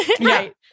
right